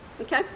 okay